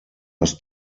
das